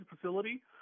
facility